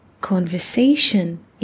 CONVERSATION